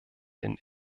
den